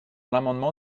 l’amendement